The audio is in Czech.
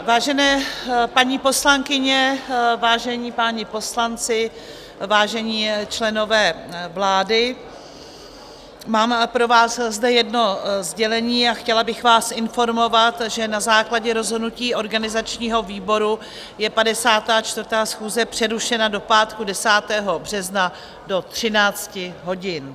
Vážené paní poslankyně, vážení páni poslanci, vážení členové vlády, mám pro vás zde jedno sdělení a chtěla bych vás informovat, že na základě rozhodnutí organizačního výboru je 54. schůze přerušena do pátku 10. března do 13 hodin.